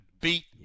beat